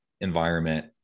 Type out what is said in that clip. environment